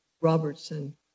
Robertson